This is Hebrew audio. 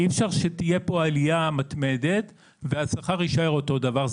אי אפשר שתהיה פה עלייה מתמדת והשכר יישאר אותו דבר,